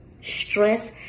stress